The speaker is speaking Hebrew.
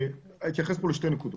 אתייחס פה לשתי נקודות.